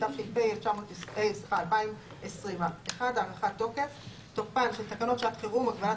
התש"ף 2020. הארכת תוקף 1. תוקפן של תקנות שעת חירום (הגבלת